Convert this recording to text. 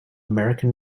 american